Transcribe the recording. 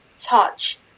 touch